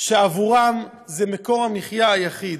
שעבורן זה מקור המחיה היחיד.